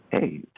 hey